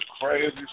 crazy